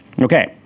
Okay